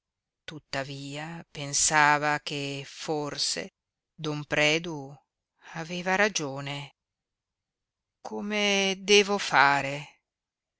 tuttavia pensava che forse don predu aveva ragione come devo fare